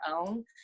own